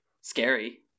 scary